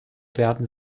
werden